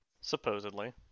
Supposedly